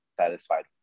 satisfied